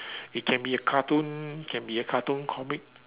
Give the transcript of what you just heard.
it can be a cartoon can be a cartoon comic